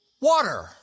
Water